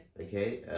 Okay